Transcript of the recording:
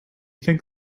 think